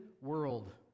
world